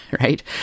right